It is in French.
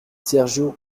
sergio